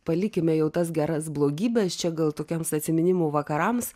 palikime jau tas geras blogybes čia gal tokiems atsiminimų vakarams